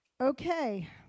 Okay